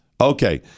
Okay